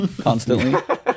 constantly